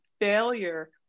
failure